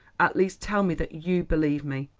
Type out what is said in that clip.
at least tell me that you believe me.